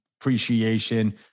appreciation